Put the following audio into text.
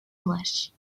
village